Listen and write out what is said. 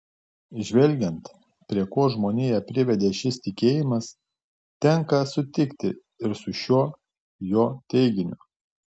žvelgiant prie ko žmoniją privedė šis tikėjimas tenka sutikti ir su šiuo jo teiginiu